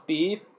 Beef